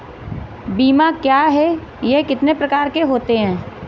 बीमा क्या है यह कितने प्रकार के होते हैं?